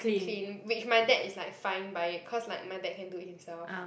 clean which my dad is like fine by it cause like my dad can do it himself